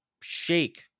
shake